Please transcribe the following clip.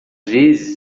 vezes